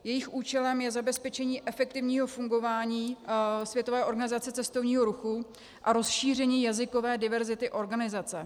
Jejich účelem je zabezpečení efektivního fungování Světové organizace cestovního ruchu a rozšíření jazykové diverzity organizace.